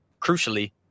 crucially